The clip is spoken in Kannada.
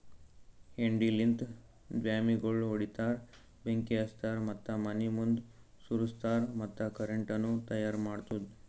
ಹೆಂಡಿಲಿಂತ್ ದ್ವಾಮಿಗೋಳ್ ಹೊಡಿತಾರ್, ಬೆಂಕಿ ಹಚ್ತಾರ್ ಮತ್ತ ಮನಿ ಮುಂದ್ ಸಾರುಸ್ತಾರ್ ಮತ್ತ ಕರೆಂಟನು ತೈಯಾರ್ ಮಾಡ್ತುದ್